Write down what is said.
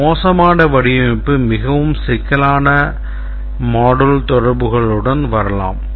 ஒரு மோசமான வடிவமைப்பு மிகவும் சிக்கலான module தொடர்புகளுடன் வரலாம்